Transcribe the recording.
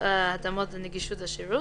(התאמות נגישות לשירות),